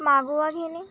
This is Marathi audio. मागोवा घेणे